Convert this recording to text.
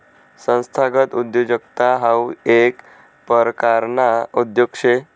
संस्थागत उद्योजकता हाऊ येक परकारना उद्योग शे